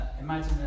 imagine